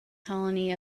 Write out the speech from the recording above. colony